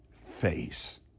face